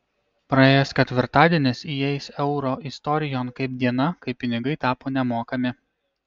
praėjęs ketvirtadienis įeis euro istorijon kaip diena kai pinigai tapo nemokami